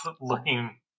looking